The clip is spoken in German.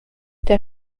der